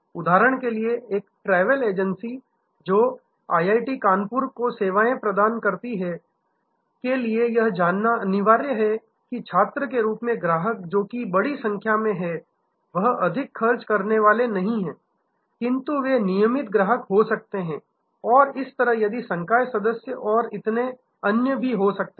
उदाहरण के लिए एक ट्रैवल एजेंसी जो आईआईटी कानपुर को सेवाएं प्रदान करती है के लिए यह जानना अनिवार्य है कि छात्र के रूप में ग्राहक जो कि बड़ी संख्या में है वह अधिक खर्च करने वाले नहीं है किंतु वे नियमित ग्राहक हो सकते हैं इसी तरह यदि संकाय सदस्य हैं और इतने ही अन्य भी हो सकते हैं